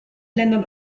ländern